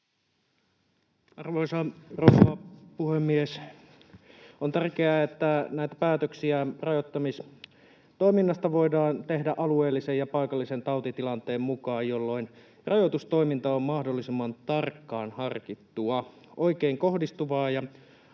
Arvoisa rouva puhemies! On tärkeää, että näitä päätöksiä rajoittamistoiminnasta voidaan tehdä alueellisen ja paikallisen tautitilanteen mukaan, jolloin rajoitustoiminta on mahdollisimman tarkkaan harkittua, oikein kohdistuvaa ja